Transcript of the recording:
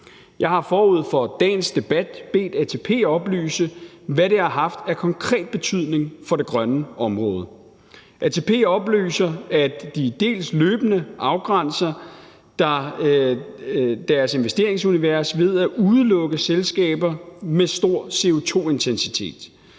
Jeg har forud for dagens debat bedt ATP oplyse, hvad det har haft af konkret betydning for det grønne område. ATP oplyser, at de dels løbende afgrænser deres investeringsunivers ved at udelukke selskaber med stor CO2-intensitet.